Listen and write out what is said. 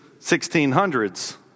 1600s